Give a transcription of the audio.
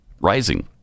rising